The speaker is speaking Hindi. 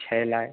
छः लाख